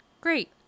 great